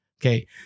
Okay